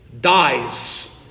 dies